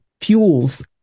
fuels